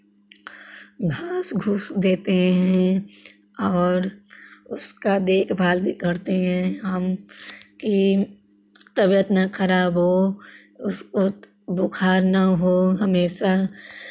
घास भूस देते हैं और उसका देखभाल भी करते हैं हम की तबियत ना खराब हो उसको बुखार ना हो हमेशा